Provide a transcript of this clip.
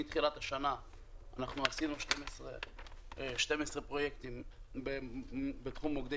מתחילת השנה עשינו 12 פרויקטים בתחום מוקדי